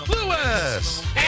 Lewis